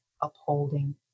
upholding